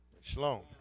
Shalom